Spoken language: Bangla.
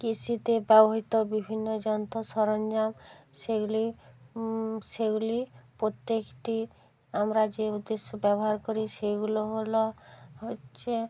কৃষিতে ব্যবহিত বিভিন্ন যন্ত্র সরঞ্জাম সেগুলি সেগুলি প্রত্যেকটি আমরা যে উদ্দেশ্যে ব্যবহার করি সেগুলো হলো হচ্ছে